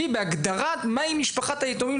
להביא בהגדרה מה היא משפחת היתומים,